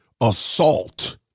assault